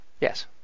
Yes